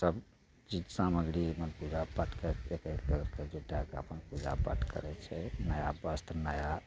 सब चीज सामग्री एमहर पूजा पाठ करिके फेरसँ ओतय जुटा कऽ फिर पूजा पाठ करय छै नया वस्त्र नया